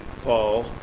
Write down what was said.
Paul